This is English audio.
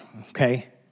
okay